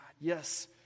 Yes